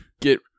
Get